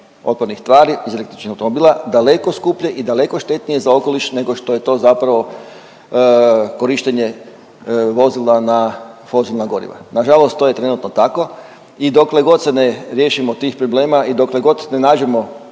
otpadnih tvari iz električnog automobila daleko skuplje i daleko štetnije za okoliš nego što je to zapravo korištenje vozila na fosilna goriva. Na žalost to je trenutno tako i dokle god se ne riješimo tih problema i dokle god ne nađemo